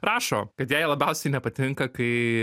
rašo kad jai labiausiai nepatinka kai